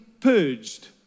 purged